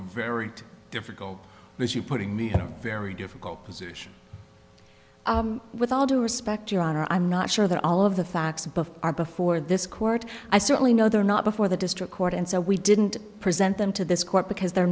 very difficult because you putting me in a very difficult position with all due respect your honor i'm not sure that all of the facts above are before this court i certainly know they're not before the district court and so we didn't present them to this court because they're